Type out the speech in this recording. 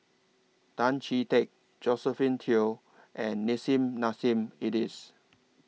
Tan Chee Teck Josephine Teo and Nissim Nassim Adis